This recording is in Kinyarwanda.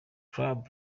club